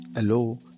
Hello